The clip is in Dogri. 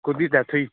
कोह्दी डेथ होई